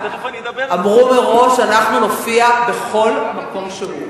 אמרו מראש: אנחנו נופיע בכל מקום שהוא.